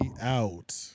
out